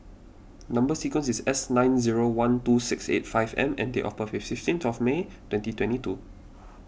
Number Sequence is S nine zero one two six eight five M and date of birth is fifteenth May twenty twenty two